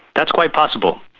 that's quite possible.